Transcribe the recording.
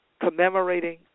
commemorating